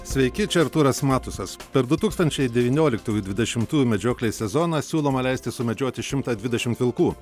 sveiki čia artūras matusas per du tūkstančiai deyvynioliktųjų dvidešimtųjų medžioklės sezoną siūloma leisti sumedžioti šimtą dvidešimt vilkų